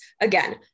Again